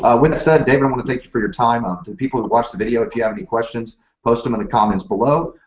ah with that said, david, i want to thank you for your time um people who watched the video, if you have any questions post them in the comments below.